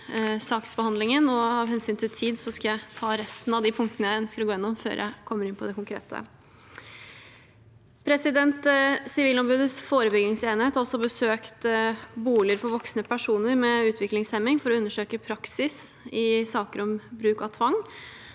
saksbehandlingen. Av hensyn til tid skal jeg ta resten av de punktene jeg ønsker å gå gjennom, før jeg kommer inn på det konkrete. Sivilombudets forebyggingsenhet har også besøkt boliger for voksne personer med utviklingshemming for å undersøke praksis i saker om bruk av tvang.